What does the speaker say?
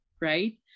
right